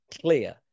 clear